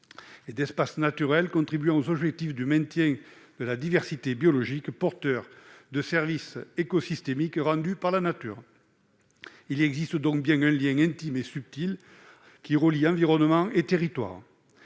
des espaces naturels contribuant aux objectifs de maintien de la diversité biologique, porteurs de services écosystémiques rendus par la nature. Il existe donc un lien intime et subtil qui relie environnement et territoires,